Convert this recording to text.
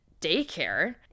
daycare